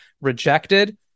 rejected